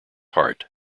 heart